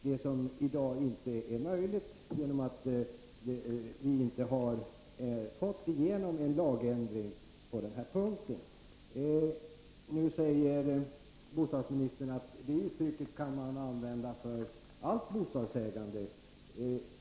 Detta är i dag inte möjligt, eftersom vi inte fått igenom en lagändring på denna punkt. Nu säger bostadsministern att det uttrycket kan man använda för allt bostadsägande.